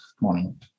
morning